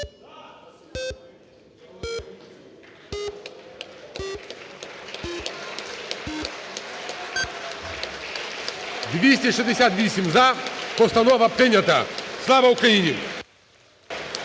За-268 Постанова прийнята. Слава Україні!